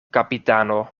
kapitano